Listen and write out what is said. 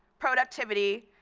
productivity,